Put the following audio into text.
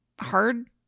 hard